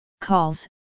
calls